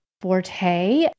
forte